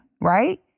right